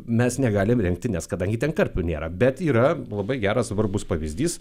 mes negalim rinkti nes kadangi ten karpių nėra bet yra labai geras svarbus pavyzdys